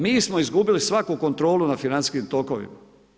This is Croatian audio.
Mi smo izgubili svaku kontrolu nad financijskim tokovima.